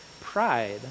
pride